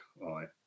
right